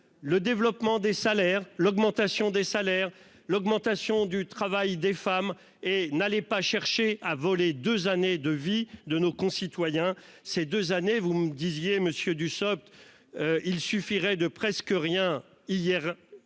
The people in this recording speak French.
Le développement des salaires l'augmentation des salaires. L'augmentation du travail des femmes et n'allait pas chercher à voler 2 années de vie de nos concitoyens. Ces deux années. Vous me disiez monsieur Dussopt. Il suffirait de presque rien hier